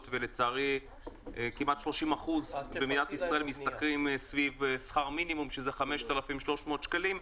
ולצערי כמעט 30 אחוזים במדינת ישראל משתכרים שכר מינימום שזה 5,300 שקלים.